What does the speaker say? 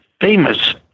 famous